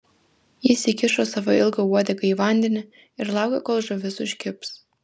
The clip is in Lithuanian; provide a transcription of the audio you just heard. jis įkišo savo ilgą uodegą į vandenį ir laukė kol žuvis užkibs